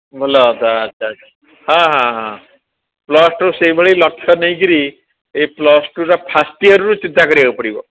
ଭଲହୁଅନ୍ତା ହଁ ହଁ ହଁ ପ୍ଲସ ଟୁ ସେଭଳିଆ ଲକ୍ଷ ନେଇକରି ପ୍ଲସ ଟୁର ଫାଷ୍ଟୟରରୁ ଚିନ୍ତା କରିବାକୁ ପଡ଼ିବ